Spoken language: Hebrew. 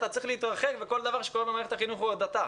אתה צריך להתרחק וכל דבר שקורה במערכת החינוך הוא הדתה.